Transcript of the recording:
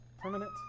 Permanent